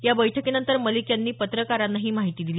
या बैठकीनंतर मलिक यांनी पत्रकारांना माहिती दिली